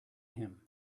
him